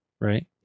right